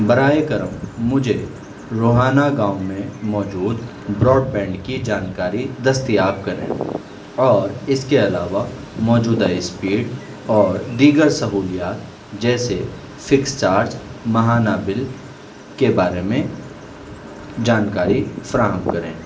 براہ کرم مجھے روہانہ گاؤں میں موجود براڈ بینڈ کی جانکاری دستیاب کریں اور اس کے علاوہ موجودہ اسپیڈ اور دیگر سہولیات جیسے فکس چارج ماہانہ بل کے بارے میں جانکاری فراہم کریں